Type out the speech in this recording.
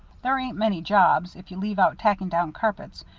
there ain't many jobs, if you leave out tacking down carpets,